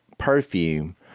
perfume